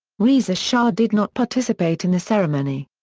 reza shah did not participate in the ceremony.